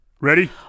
Ready